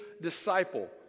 disciple